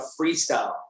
freestyle